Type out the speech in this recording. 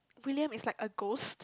William is like a ghost